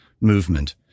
movement